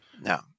No